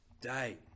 day